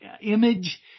image